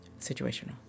situational